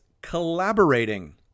collaborating